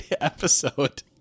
episode